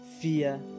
fear